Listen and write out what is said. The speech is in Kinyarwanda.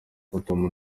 rutamu